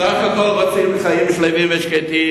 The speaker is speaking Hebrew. בסך הכול רוצים חיים שלווים ושקטים,